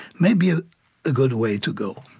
may be a ah good way to go.